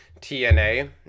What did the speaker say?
TNA